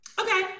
Okay